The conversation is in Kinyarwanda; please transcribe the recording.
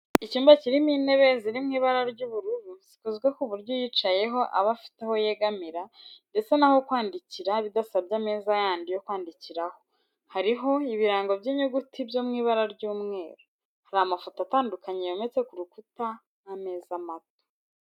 Icyumba kirimo intebe ziri mu ibara ry'ubururu zikozwe ku buryo uyicayeho aba afite aho yegamira ndetse n'aho kwandikira bidasabye ameza yandi yo kwandikiraho, hariho ibirango by'inyuguti byo mu ibara ry'umweru. Hari amafoto atandukanye yometse ku rukuta n'ameza mato.